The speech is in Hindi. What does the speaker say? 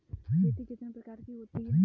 खेती कितने प्रकार की होती है?